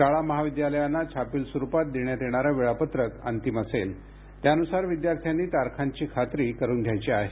शाळा महाविद्यालयांना छापील स्वरुपात देण्यात येणारं वेळापत्रक अंतिम असेल त्यानुसार विद्यार्थ्यांनी तारखांची खात्री करुन घ्यायची आहे